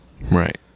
Right